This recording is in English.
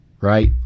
right